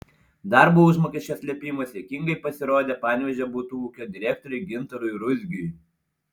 darbo užmokesčio slėpimas juokingai pasirodė panevėžio butų ūkio direktoriui gintarui ruzgiui